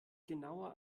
genauer